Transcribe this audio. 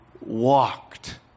walked